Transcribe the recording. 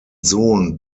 sohn